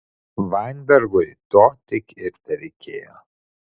vainbergui to tik ir tereikėjo